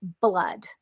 blood